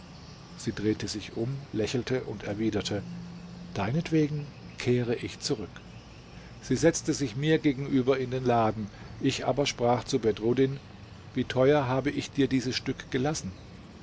sie drehte sich um lächelte und erwiderte deinetwegen kehre ich zurück sie setze sich mir gegenüber in den laden ich aber sprach zu bedruddin wie teuer habe ich dir dieses stück gelassen